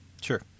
sure